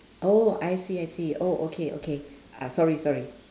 oh I see I see oh okay okay uh sorry sorry